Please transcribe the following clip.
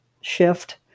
shift